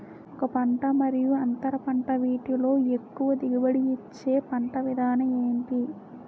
ఒక పంట మరియు అంతర పంట వీటిలో ఎక్కువ దిగుబడి ఇచ్చే పంట విధానం ఏంటి?